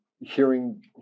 hearing